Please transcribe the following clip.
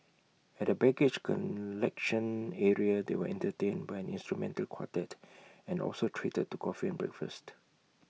at the baggage collection area they were entertained by an instrumental quartet and also treated to coffee and breakfast